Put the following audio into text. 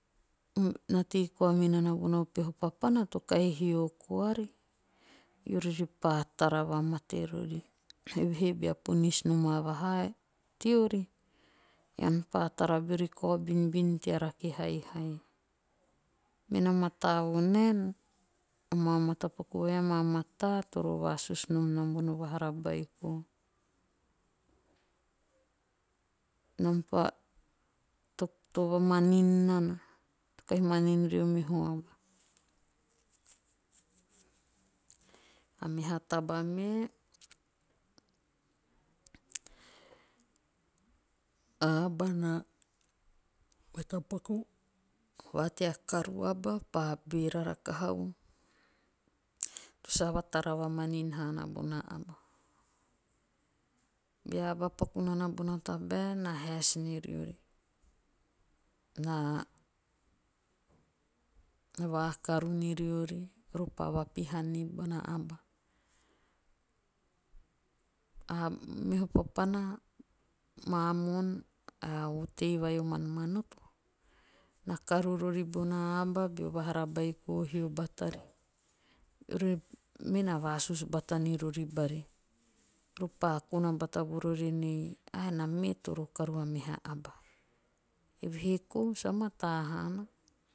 Mm na tei koa minana bono meho papana to kahi hio kaari. eari epaa tara vamate rori. Eve he bea ponis noma vahaa teori. ean pa tara beori kao binbin tea rake haihai. Me na mataa vonaen amaa matapaku vai amaa mataa toro vasusu nom nam bono vahara beikonam pa to vamanin nana. to kahi manin rio meho aba. A meha taba me. a aba na matapaku va tea karu aba pa beera rakaha u. to sa vatara vamanin haana aba. Bea aba paku nama bona tabae. na haes niriori. na vakaru noriori. ore pa vapihan ni bona aba. Ah. meho papana maamoon ae o otei vai o man'manoto na karu rori bona aba beo vahara beiko hio batari. Eori me na vasusu nirori bari. repa ona bata vorori enei,"ah enaa me toro karu a meha aba. Eve he koi sa mataa haana.